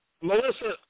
Melissa